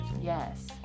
Yes